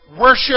worship